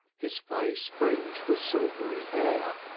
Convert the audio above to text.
his face fringed with silvery hair,